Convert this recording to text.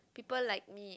people like me